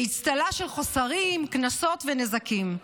באצטלה של חוסרים, קנסות ונזקים,